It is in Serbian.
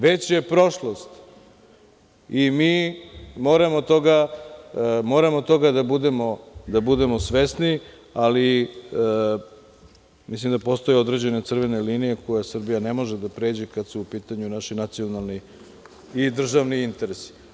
Već je prošlost i mi moramo toga da budemo svesni, ali mislim da postoje određene crvene linije koje Srbija ne može da pređe kada su u pitanju naši nacionalni i državni interesi.